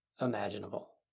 imaginable